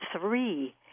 three